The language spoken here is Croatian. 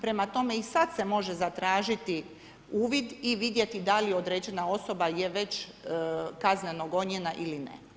Prema tome i sad se može zatražiti uvid i vidjeti da li određena osoba je već kazneno gonjena ili ne.